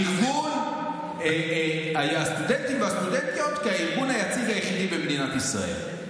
ארגון הסטודנטים והסטודנטיות כארגון היציג היחיד במדינת ישראל.